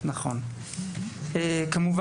נכון, מסכים.